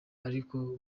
ariko